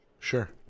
Sure